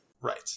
Right